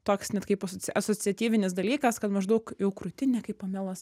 toks net kaip as asociatyvinis dalykas kad maždaug jau krūtinė kaip pamelos